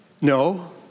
No